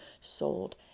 sold